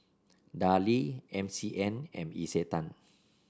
Darlie M C M and Isetan